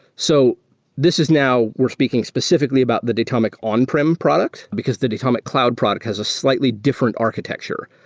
so this is now were speaking specifi cally about the datomic on prem product, because the datomic cloud product has a slightly different architecture.